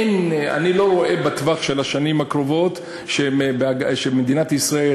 אני לא רואה שבטווח של השנים הקרובות במדינת ישראל,